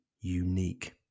unique